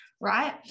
right